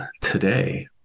today